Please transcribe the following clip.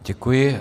Děkuji.